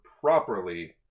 properly